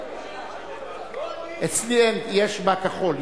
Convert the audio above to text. רבותי, אצלי יש ב"כחול".